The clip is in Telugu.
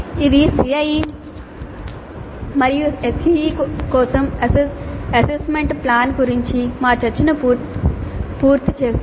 ఇది CIE మరియు SEE కోసం అసెస్మెంట్ ప్లాన్ గురించి మా చర్చను పూర్తి చేస్తుంది